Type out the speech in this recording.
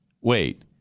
Wait